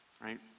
Right